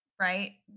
right